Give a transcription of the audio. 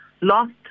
lost